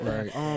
Right